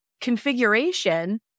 configuration